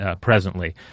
presently